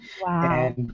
Wow